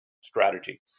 strategy